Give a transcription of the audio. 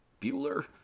Bueller